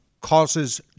causes